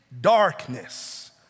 darkness